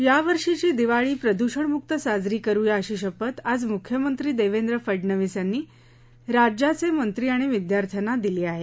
यावर्षीची दिवाळी प्रदूषणमुक्त साजरी करुया अशी शपथ आज मुख्यमंत्री देवेंद्र फडनवीस यांनी राज्याचे मंत्री आणि विद्यार्थ्यांना दिली आहे